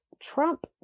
Trump